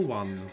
one